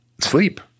sleep